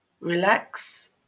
relax